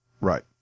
Right